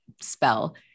spell